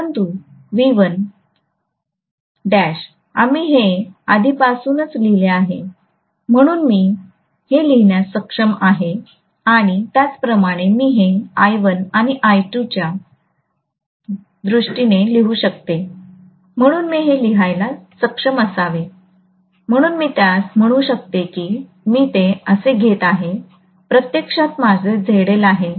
परंतु V1 आम्ही हे आधीपासूनच लिहिले आहे म्हणून मी हे लिहिण्यास सक्षम आहे आणि त्याचप्रमाणे मी हे I1 आणी I2 च्या दृष्टीने लिहू शकतो म्हणून मी हे लिहायला सक्षम असावे म्हणून मी त्यास म्हणू शकतो की मी ते असे घेत आहे प्रत्यक्षात माझे ZL आहे